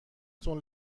تون